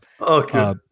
okay